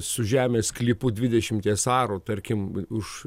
su žemės sklypu dvidešimties arų tarkim už